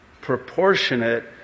proportionate